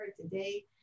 today